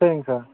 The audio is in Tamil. சரிங்க சார்